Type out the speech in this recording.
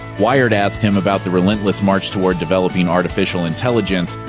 wired asked him about the relentless march toward developing artificial intelligence,